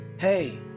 Hey